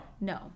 No